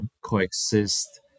coexist